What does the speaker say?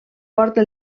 porta